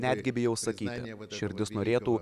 netgi bijau sakyti širdis norėtų